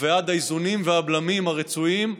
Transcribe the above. ובעד האיזונים והבלמים הרצויים,